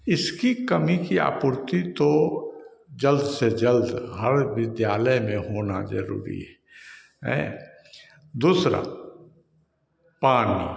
इसकी कमी की आपूर्ति तो जल्द से जल्द हर विद्यालय में होना जरूरी है है दूसरा पानी